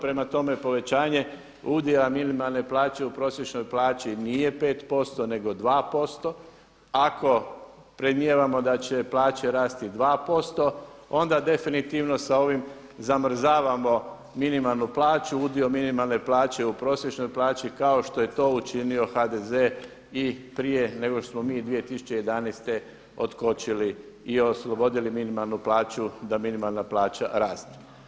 Prema tome, povećanje udjela minimalne plaće u prosječnoj plaći nije 5 posto nego 2 posto ako predmnijevamo da će plaće rasti 2% onda definitivno sa ovim zamrzavamo minimalnu plaću, udio minimalne plaće u prosječnoj plaći kao što je to učinio HDZ i prije nego što smo mi 2011. otkočili i osloboditi minimalnu plaću da minimalna plaća raste.